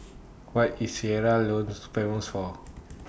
What IS Sierra Leone Famous For